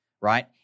right